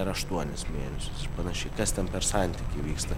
nėra aštuonis mėnesius ir panašiai kas ten per santykiai vyksta